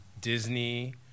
Disney